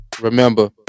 remember